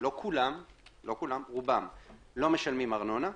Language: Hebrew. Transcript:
לא כולם לא משלמים ארנונה,